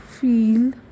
feel